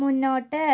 മുന്നോട്ട്